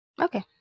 okay